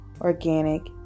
organic